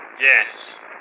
Yes